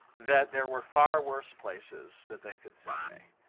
that there were far worse places that they could send me,